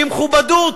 במכובדות.